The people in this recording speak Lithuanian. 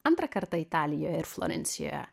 antrą kartą italijoje ir florencijoje